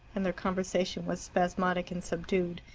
and their conversation was spasmodic and subdued.